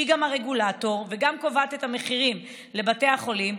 היא גם הרגולטור וגם קובעת את המחירים לבתי החולים.